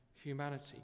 humanity